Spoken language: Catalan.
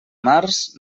març